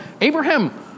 Abraham